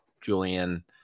Julian